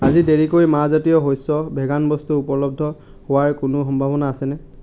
আজি দেৰিকৈ মাহজাতীয় শস্য ভেগান বস্তু উপলব্ধ হোৱাৰ কোনো সম্ভাৱনা আছেনে